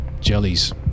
jellies